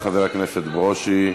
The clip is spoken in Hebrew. תודה, חבר הכנסת ברושי.